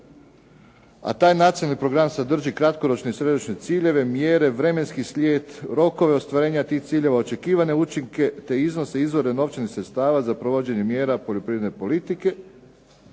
a taj nacionalni program sadrži kratkoročne i srednjoročne ciljeve, mjere, vremenski slijed, rokove ostvarenja tih ciljeva, očekivane učinke te iznose i izvore novčanih sredstava za provođenje mjera poljoprivredne politike.